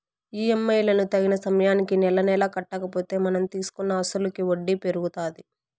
EMI లను తగిన సమయానికి నెలనెలా కట్టకపోతే మనం తీసుకున్న అసలుకి వడ్డీ పెరుగుతాది